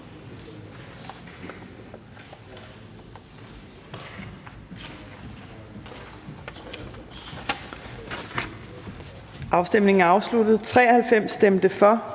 Afstemningen er afsluttet. (Afstemningen